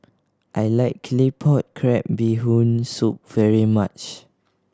I like Claypot Crab Bee Hoon Soup very much